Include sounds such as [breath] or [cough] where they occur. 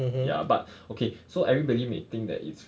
ya but [breath] okay so everybody may think that it's